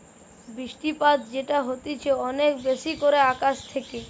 বৃষ্টিপাত যেটা হতিছে অনেক বেশি করে আকাশ থেকে